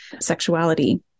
sexuality